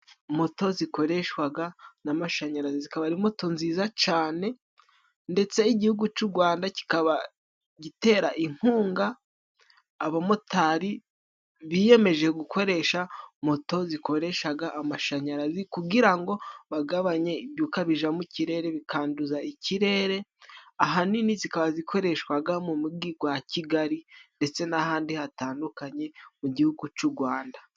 Moto zikoreshwa n'amashanyarazi zikaba ari moto nziza cyane, ndetse igihugu cy'u Rwanda kikaba gitera inkunga abamotari biyemeje gukoresha moto zikoresha amashanyarazi, kugira ngo bagabanye ibyuka bijya mu kirere bikanduza ikirere. Ahanini zikaba zikoreshwa mu mugi wa Kigali , ndetse n'ahandi hatandukanye mu gihugu cy'u Rwanda.